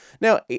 Now